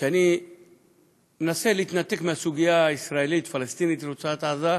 כשאני מנסה להתנתק מהסוגיה הישראלית פלסטינית ברצועת עזה,